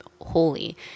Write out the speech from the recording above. holy